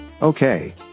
okay